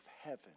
heaven